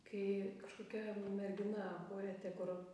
kai kažkokia mergina poetė kur